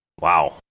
Wow